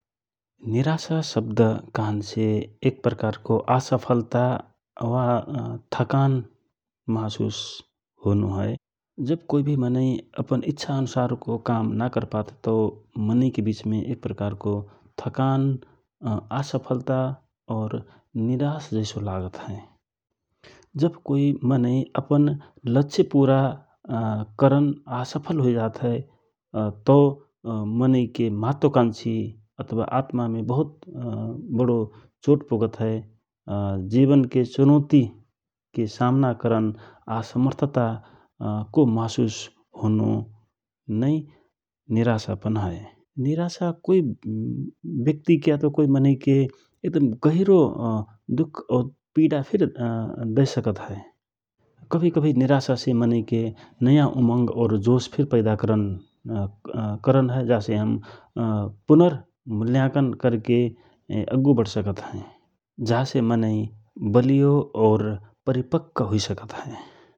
निराशा शब्द कहनसे एक प्रकारको आसफलता वा थकान महाशुस होनो हए । जव कोइ भि मनै अपन इच्छा अनुसारको काम नकरपात हए तव मनै के विचमे एक प्रकारको थकान आसफलता निराश जैसो लागत हए । जव कोइ मनै लक्षय पुरा करन आसफल हुइ जात हए तव मनै के महत्व कान्छी अथवा आत्मामे बहुत बडो चोट पुगत हए जिवनके चुनौतिके समाना करन आसमर्थता को महशुस होनो नै निराशापन हए । निराशा कोइ क्यक्तिके अथवा कोइ मनै के गहिरो दुःख औ पिडा फिर दए सकत हए । कभि कभि निराशा से मनै के नयाँ उमंग औ जोश फिर पैदा करन हए जा से हम पुनर मुल्याङ्कन करके अग्गु बढसकत हए । जा से मनै बलियो और परिपक्क हुइसकत हए ।